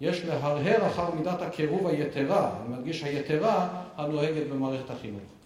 יש להרהר אחר מידת הקירוב היתרה, אני מרגיש היתרה הנוהגת במערכת החינוך